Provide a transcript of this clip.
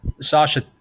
Sasha